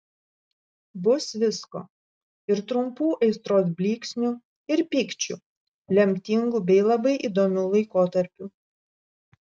bus visko ir trumpų aistros blyksnių ir pykčių lemtingų bei labai įdomių laikotarpių